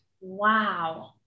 wow